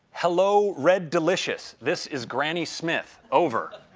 hello red delicious, this is granny smith, over.